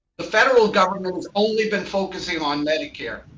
the federal government has only been focusing on medicare.